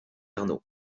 arnaud